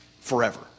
forever